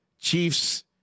Chiefs